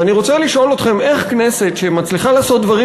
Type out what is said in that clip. ואני רוצה לשאול אתכם: איך כנסת שמצליחה לעשות דברים